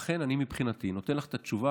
לכן, מבחינתי, אני נותן לך את התשובה.